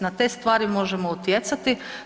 Na te stvari možemo utjecati.